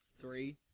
three